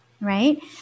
right